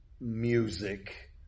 music